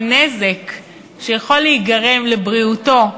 הנזק שיכול להיגרם לבריאותו,